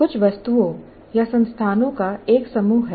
कुछ वस्तुओं या संस्थाओं का एक समूह है